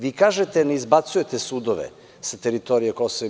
Vi kažete ne izbacujete sudove sa teritorije KiM.